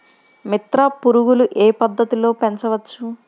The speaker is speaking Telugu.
మిత్ర పురుగులు ఏ పద్దతిలో పెంచవచ్చు?